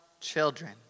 children